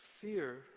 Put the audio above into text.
fear